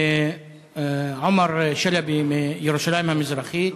עומר שלבי מירושלים המזרחית,